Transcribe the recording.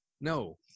No